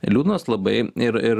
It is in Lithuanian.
liūdnos labai ir ir